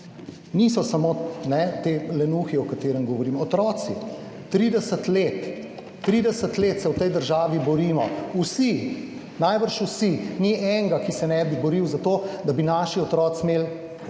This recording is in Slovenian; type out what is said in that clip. Niso samo ti lenuhi, o katerih govorimo. Otroci. 30 let, 30 let se v tej državi borimo vsi, najbrž vsi, ni enega, ki se ne bi boril za to, da bi naši otroci imeli